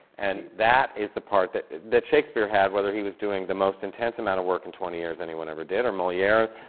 and that is the part that that shakespeare had, whether he was doing the most intense amount of work in twenty years anyone ever did, or moliere,